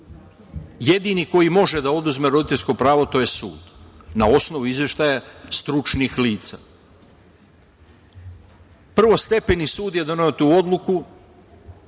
Jedini koji može da oduzme roditeljsko pravo to je sud, na osnovu izveštaja stručnih lica. Prvostepeni sud je doneo tu odluku,